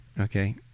okay